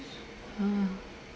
uh